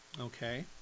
Okay